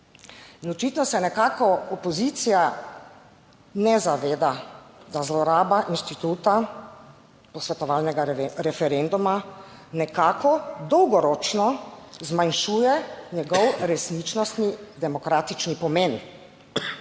in očitno se nekako opozicija ne zaveda, da zloraba instituta posvetovalnega referenduma nekako dolgoročno zmanjšuje njegov resničnostni demokratični pomen